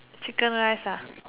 chicken rice